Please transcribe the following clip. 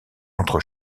entre